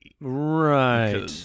Right